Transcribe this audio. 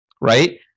right